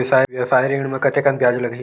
व्यवसाय ऋण म कतेकन ब्याज लगही?